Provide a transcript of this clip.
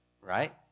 right